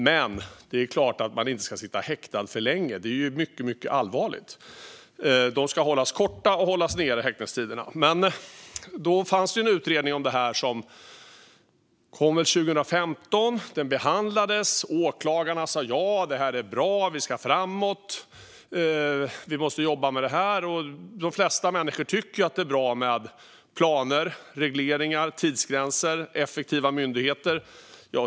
Men det är klart att en person inte ska sitta häktad för länge. Det är mycket allvarligt. Häktningstiderna ska hållas korta och hållas nere. Det kom en utredning om det här 2015. Den behandlades. Åklagarna sa ja - det här är bra, vi ska framåt, vi måste jobba med det här. De flesta människor tycker ju att det är bra med planer, regleringar, tidsgränser och effektiva myndigheter.